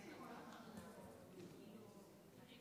אתחיל בלנחם את משפחת עבאס ואת משפחת נאסר על האובדן שהיה